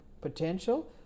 potential